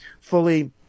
fully